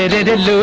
it is